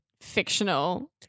fictional